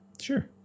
Sure